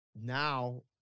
Now